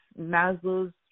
Maslow's